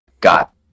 got